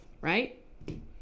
Right